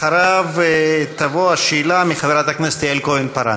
אחריו, השאלה של חברת הכנסת יעל כהן-פארן.